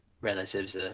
Relatives